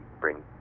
bring